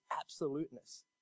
absoluteness